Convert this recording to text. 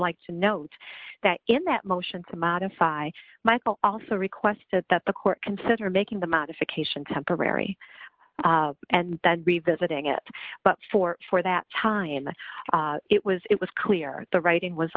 like to note that in that motion to modify michael also requested that the court consider making the modification temporary and that revisiting it but for for that time and it was it was clear the writing was